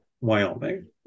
Wyoming